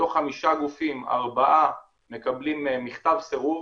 מתוך חמישה גופים ארבעה גופים מקבלים מכתב סירוב,